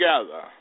together